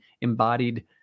embodied